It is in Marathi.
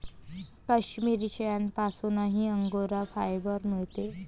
काश्मिरी शेळ्यांपासूनही अंगोरा फायबर मिळते